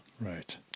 Right